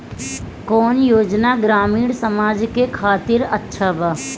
कौन योजना ग्रामीण समाज के खातिर अच्छा बा?